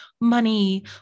money